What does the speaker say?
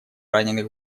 раненых